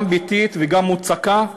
גם ביתית וגם מוצקה,